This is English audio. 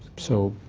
so,